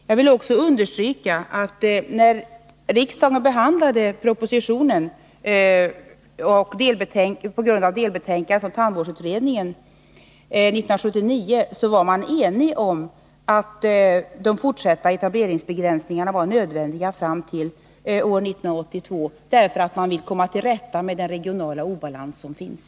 Jag vill också understryka att riksdagen, när den 1979 behandlade propositionen på grundval av ett delbetänkande från tandvårdsutredningen, var enig om att det var nödvändigt att ha kvar etableringsbegränsningarna fram till 1982 — därför att man vill komma till rätta med den regionala obalans som finns.